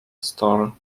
store